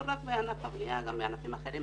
לא רק בענף הבניה אלא גם בענפים אחרים,